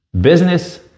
business